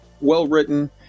well-written